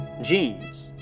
genes